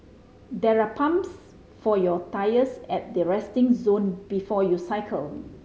there are pumps for your tyres at the resting zone before you cycle